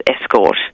escort